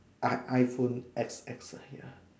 I iPhone X_S lah ya